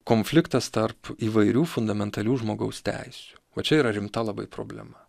konfliktas tarp įvairių fundamentalių žmogaus teisių o čia yra rimta labai problema